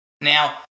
Now